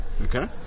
Okay